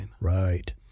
Right